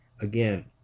again